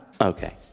Okay